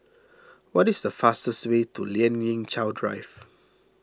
what is the fastest way to Lien Ying Chow Drive